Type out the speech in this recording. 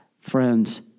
friends